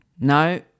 No